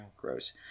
gross